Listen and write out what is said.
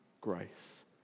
grace